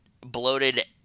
bloated